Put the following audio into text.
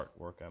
artwork